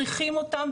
צריכים אותם,